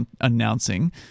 announcing